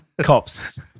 Cops